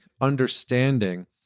understanding